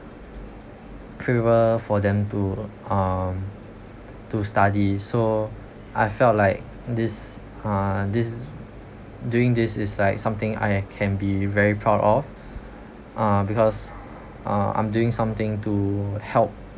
favour~ for them to um to study so I felt like this uh this doing this is like something I can be very proud of uh because uh i'm doing something to help